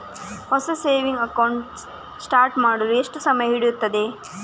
ಹೊಸ saving account start ಮಾಡಲು ಎಷ್ಟು ಸಮಯ ಹಿಡಿಯುತ್ತದೆ?